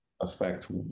Affect